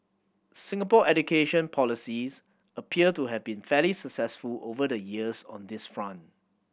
Singapore education policies appear to have been fairly successful over the years on this front